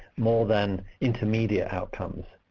more than intermediate outcomes.